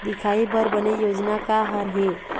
दिखाही बर बने योजना का हर हे?